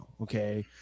Okay